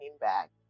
back